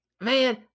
man